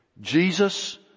Jesus